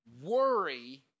worry